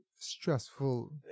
stressful